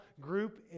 group